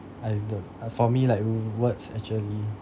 as though err for me like words actually